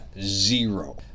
zero